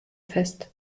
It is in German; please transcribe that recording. fest